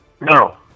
No